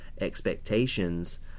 expectations